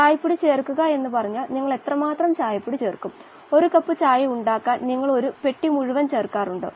സൂക്ഷമമായി പറഞ്ഞാൽ ഓക്സിജൻ തന്മാത്രകൾ വാതകഘട്ടത്തിൽ നിന്ന് ദ്രാവക ഘട്ടത്തിലേക്ക് നീങ്ങുന്ന ഒരു നിരക്ക് ഉണ്ട്